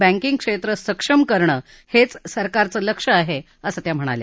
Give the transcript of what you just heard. banking क्षेत्र सक्षम करणं हेच सरकारचं लक्ष्य आहे असं त्या म्हणाल्या